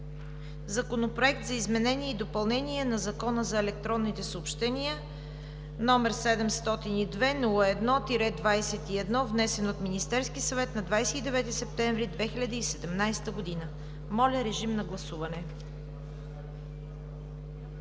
Законопроект за изменение и допълнение на Закона за електронните съобщения, № 702-01-21, внесен от Министерския съвет на 29 септември 2017 г. Гласували